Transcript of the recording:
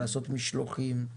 לעשות משלוחים.